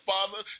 Father